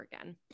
again